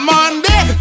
Monday